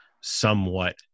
somewhat